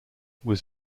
was